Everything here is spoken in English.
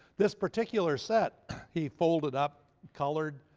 this particular set he folded up, colored,